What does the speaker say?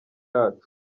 yacu